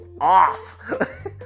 Off